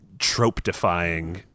trope-defying